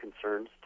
concerns